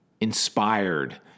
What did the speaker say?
inspired